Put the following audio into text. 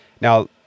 Now